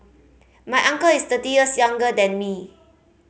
my uncle is thirty years younger than me